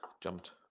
jumped